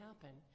happen